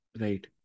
Right